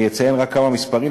אני אציין רק כמה מספרים.